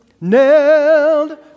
nailed